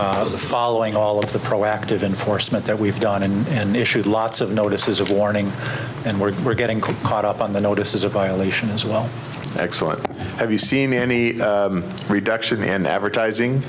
of the following all of the proactive enforcement that we've done and in issued lots of notices of warning and we're we're getting caught up on the notice is a violation as well excellent have you seen any reduction in advertising